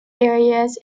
areas